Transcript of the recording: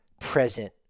present